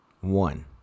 One